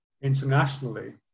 internationally